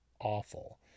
awful